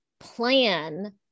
plan